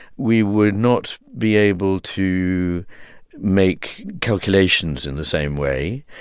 we would not be able to make calculations in the same way.